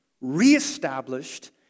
reestablished